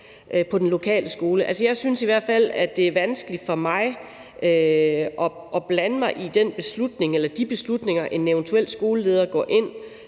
på den lokale skole. Jeg synes i hvert fald, at det er vanskeligt for mig at blande mig i den beslutning eller de beslutninger, en